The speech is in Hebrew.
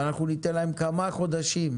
ואנחנו ניתן להם כמה חודשים,